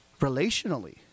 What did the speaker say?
Relationally